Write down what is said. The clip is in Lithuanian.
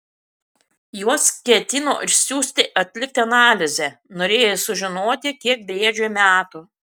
juos ketino išsiųsti atlikti analizę norėjo sužinoti kiek briedžiui metų